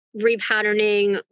repatterning